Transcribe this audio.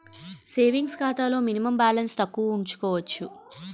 savings ఖాతాలో minimum balance తక్కువ ఉంచుకోవచ్చు